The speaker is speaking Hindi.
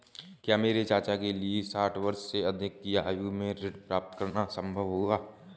क्या मेरे चाचा के लिए साठ वर्ष से अधिक की आयु में ऋण प्राप्त करना संभव होगा?